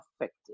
affected